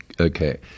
Okay